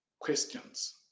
questions